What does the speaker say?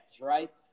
right